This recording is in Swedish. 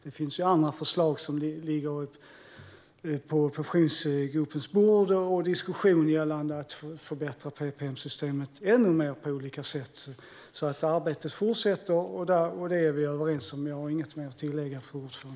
Det finns andra förslag som ligger på gruppens bord för diskussion gällande ytterligare förbättringar av PPM-systemet på olika sätt. Arbetet fortsätter alltså, och vi är överens om detta. Jag har inget mer att tillägga, fru talman.